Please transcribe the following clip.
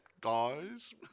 guys